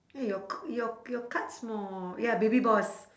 eh your c~ your your cards more ya baby boss